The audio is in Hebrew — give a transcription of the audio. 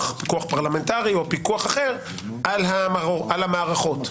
הפיקוח פיקוח פרלמנטרי או אחר על המערכות.